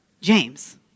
James